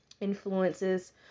influences